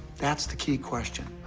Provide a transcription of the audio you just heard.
that's the key question.